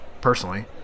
personally